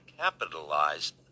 capitalized